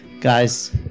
guys